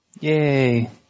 Yay